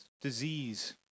disease